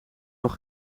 nog